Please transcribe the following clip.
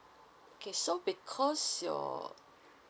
okay so because your